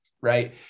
right